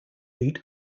meet